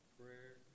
prayer